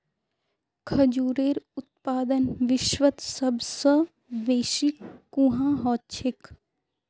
खजूरेर उत्पादन विश्वत सबस बेसी कुहाँ ह छेक